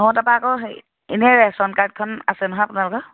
অ' তাৰপৰা আকৌ হেৰি এনেই ৰেচন কাৰ্ডখন আছে নহয় আপোনালোকৰ